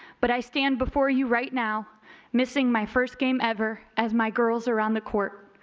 but i stand before you right now missing my first game ever as my girls are on the court.